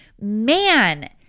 man